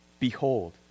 Behold